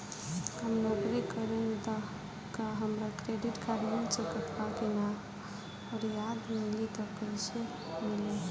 हम नौकरी करेनी त का हमरा क्रेडिट कार्ड मिल सकत बा की न और यदि मिली त कैसे मिली?